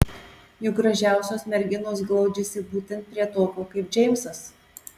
juk gražiausios merginos glaudžiasi būtent prie tokio kaip džeimsas